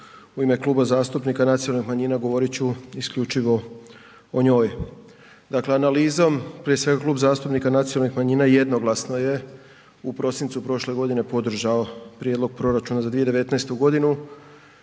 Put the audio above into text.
u ime Kluba zastupnika nacionalnih manjina govorit ću isključivo o njoj. Prije svega Klub zastupnika nacionalnih manjina jednoglasno je u prosincu prošle godine podržao prijedlog proračuna za 2019. godinu.